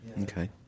Okay